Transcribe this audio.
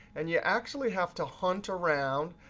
and you actually have to hunt around.